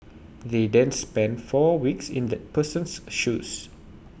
they then spend four weeks in that person's shoes